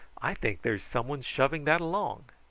i think there's some one shoving that along.